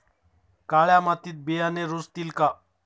काळ्या मातीत बियाणे रुजतील का?